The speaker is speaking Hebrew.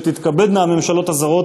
תתכבדנה הממשלות הזרות